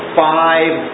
five